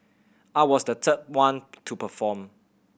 I was the third one to perform